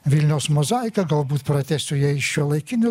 vilniaus mozaiką galbūt pratęsiu jei iš šiuolaikinių